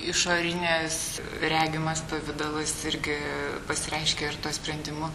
išorines regimas pavidalas irgi pasireiškė ir tuo sprendimu